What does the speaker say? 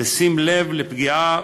בשים לב לפגיעה